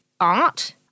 art